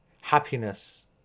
Happiness